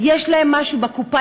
יש להם משהו בקופה,